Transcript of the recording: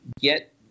get